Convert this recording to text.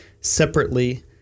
separately